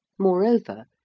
moreover,